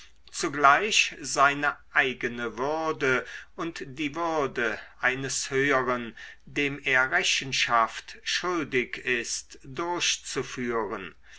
zugleich seine eigene würde und die würde eines höheren dem er rechenschaft schuldig ist durchzuführen